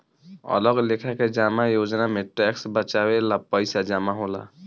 अलग लेखा के जमा योजना में टैक्स बचावे ला पईसा जमा होला